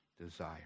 desire